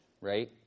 right